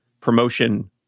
promotion